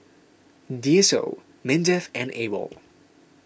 D S O Mindef and Awol